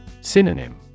Synonym